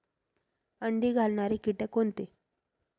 अंडी घालणारे किटक कोणते?